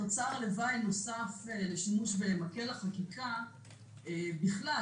תוצר לוואי נוסף לשימוש במקל החקיקה בכלל,